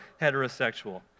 heterosexual